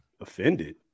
offended